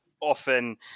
often